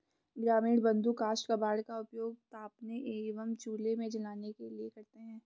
ग्रामीण बंधु काष्ठ कबाड़ का उपयोग तापने एवं चूल्हे में जलाने के लिए करते हैं